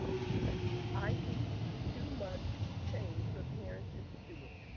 yeah i think this is too much change for parents and students.